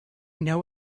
know